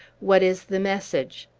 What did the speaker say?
what is the message?